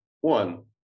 One